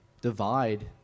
divide